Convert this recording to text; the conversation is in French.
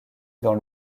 dans